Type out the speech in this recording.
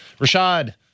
Rashad